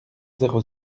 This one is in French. zéro